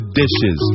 dishes